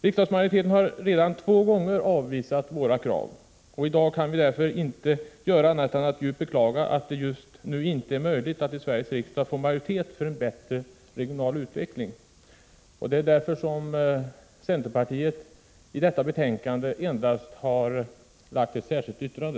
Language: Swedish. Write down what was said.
Riksdagsmajoriteten har redan två gånger avvisat våra krav, och i dag kan vi inte göra något annat än att djupt beklaga att det just nu inte är möjligt att i Sveriges riksdag få majoritet för en bättre regional utveckling. Det är därför som centerpartiet bara har fogat ett särskilt yttrande till detta betänkande.